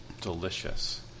delicious